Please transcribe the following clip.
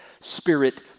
Spirit